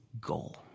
goal